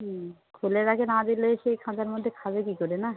হুম খুলে রাখে না দিলে সেই খাঁচার মধ্যে খাবে কী করে না